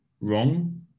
wrong